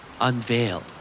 Unveil